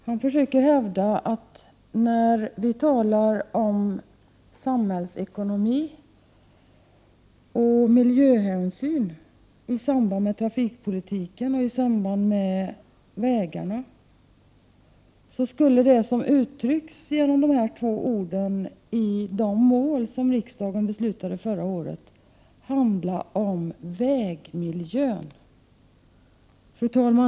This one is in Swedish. Han försöker hävda att när vi talar om samhällsekonomi och miljöhänsyn i samband med trafikpolitiken och vägarna, skulle det som uttrycks genom dessa två ord i de mål som riksdagen beslutade förra året handla om vägmiljön.